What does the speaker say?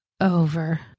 over